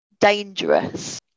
dangerous